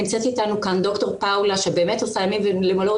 נמצאת איתנו ד"ר פאולה רושקה שעושה ימים ולילות